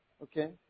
Okay